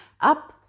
up